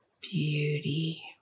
beauty